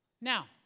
Now